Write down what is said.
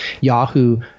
Yahoo